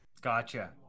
Gotcha